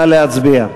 נא להצביע.